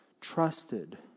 Trusted